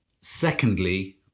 Secondly